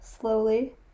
slowly